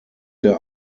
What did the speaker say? der